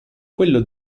quello